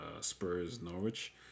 Spurs-Norwich